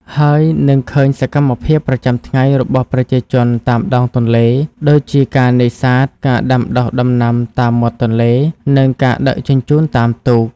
ហើយនឹងឃើញសកម្មភាពប្រចាំថ្ងៃរបស់ប្រជាជនតាមដងទន្លេ ដូចជាការនេសាទ ការដាំដុះដំណាំតាមមាត់ទន្លេ និងការដឹកជញ្ជូនតាមទូក។